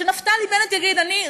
שנפתלי בנט יגיד: אני,